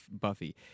Buffy